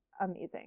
amazing